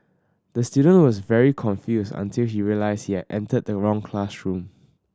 the student was very confused until he realised here entered the wrong classroom